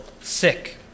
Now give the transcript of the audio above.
sick